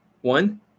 One